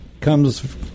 comes